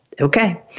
Okay